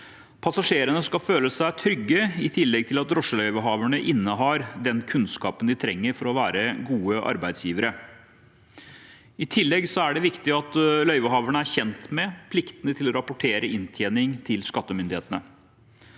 Passasjerene skal føle seg trygge, i tillegg til at drosjeløyvehaverne innehar den kunnskapen de trenger for å være gode arbeidsgivere. I tillegg er det viktig at løyvehaverne er kjent med pliktene til å rapportere inntjening til skattemyndighetene.